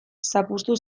zapuztu